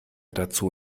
dazu